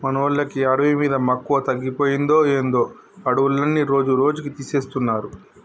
మనోళ్ళకి అడవి మీద మక్కువ తగ్గిపోయిందో ఏందో అడవులన్నీ రోజురోజుకీ తీసేస్తున్నారు